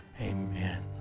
Amen